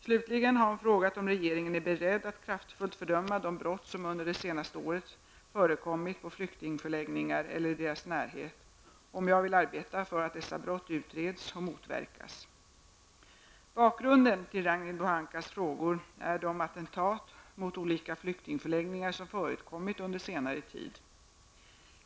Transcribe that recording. Slutligen har hon frågat om regeringen är beredd att kraftfullt fördöma de brott som under det senaste året förekommit på flyktingförläggningar eller i deras närhet och om jag vill arbeta för att dessa brott utreds och motverkas. Bakgrunden till Ragnhild Pohankas frågor är de attentat mot olika flyktingförläggningar som förekommit under senare tid.